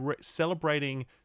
celebrating